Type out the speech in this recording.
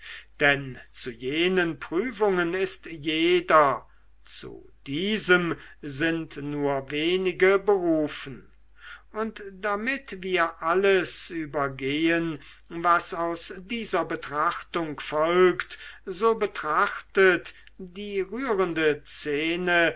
denn zu jenen prüfungen ist jeder zu diesem sind nur wenige berufen und damit wir alles übergehen was aus dieser betrachtung folgt so betrachtet die rührende szene